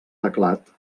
teclat